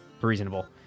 reasonable